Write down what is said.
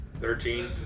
Thirteen